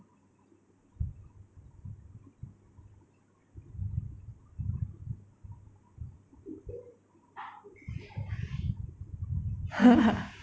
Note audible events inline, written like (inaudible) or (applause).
(laughs)